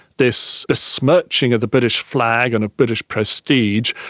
this besmirching of the british flag and of british prestige,